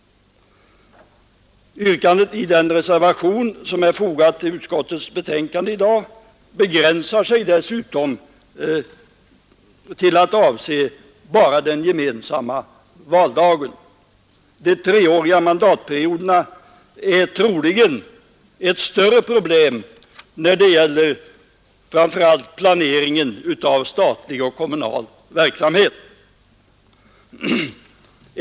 Yrkandet i den reservation som är fogad till utskottets betänkande i dag begränsar sig dessutom till att avse endast den gemensamma valdagen. De treåriga mandatperioderna är troligen ett större problem, framför allt när det gäller planeringen av statlig och kommunal verksamhet.